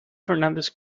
fernández